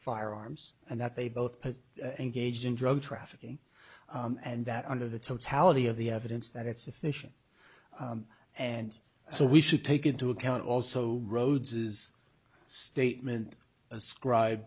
firearms and that they both engaged in drug trafficking and that under the totality of the evidence that it's sufficient and so we should take into account also rhodes's statement ascribe